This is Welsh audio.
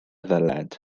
ddyled